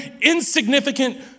insignificant